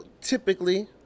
typically